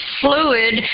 fluid